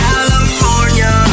California